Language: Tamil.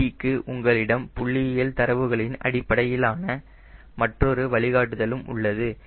lt க்கு உங்களிடம் புள்ளியியல் தரவுகளின் அடிப்படையிலான மற்றொரு வழிகாட்டுதலும் உள்ளது